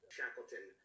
Shackleton